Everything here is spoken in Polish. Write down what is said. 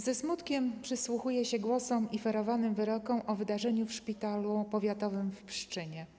Ze smutkiem przysłuchuję się głosom i ferowanym wyrokom dotyczącym wydarzenia w szpitalu powiatowym w Pszczynie.